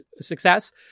success